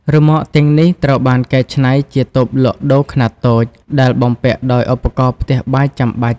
រ៉ឺម៉កទាំងនេះត្រូវបានកែច្នៃជាតូបលក់ដូរខ្នាតតូច ដែលបំពាក់ដោយឧបករណ៍ផ្ទះបាយចាំបាច់។